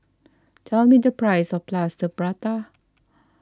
tell me the price of Plaster Prata